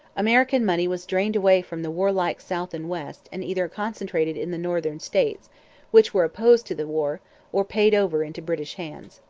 american money was drained away from the warlike south and west and either concentrated in the northern states which were opposed to the war or paid over into british hands.